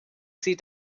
sie